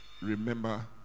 remember